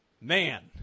Man